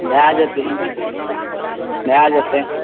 भय जेतै ई सब भय जेतै